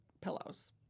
pillows